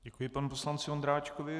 Děkuji panu poslanci Ondráčkovi.